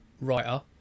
writer